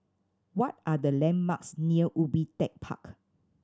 what are the landmarks near Ubi Tech Park